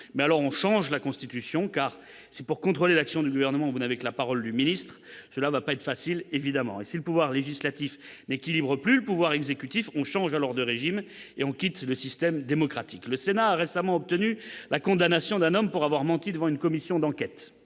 mais alors on change la Constitution car c'est pour contrôler l'action du gouvernement vous avec la parole du ministre-cela va pas être facile évidemment et si le pouvoir législatif n'équilibre plus pouvoir exécutif on change alors de régime et on quitte le système démocratique, le Sénat a récemment obtenu la condamnation d'un homme pour avoir menti devant une commission d'enquête,